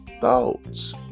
thoughts